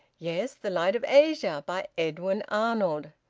yes. the light of asia by edwin arnold.